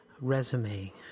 resume